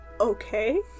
Okay